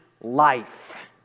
life